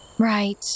Right